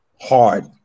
hard